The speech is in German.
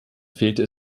fehlte